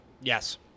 Yes